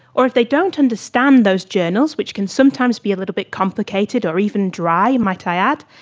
or if they don't understand those journals, which can sometimes be a little bit complicated or even dry, might i add,